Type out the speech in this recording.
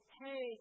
hey